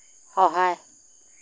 সহায়